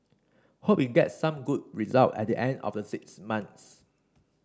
hope it gets some good result at the end of the six months